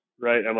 right